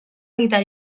editar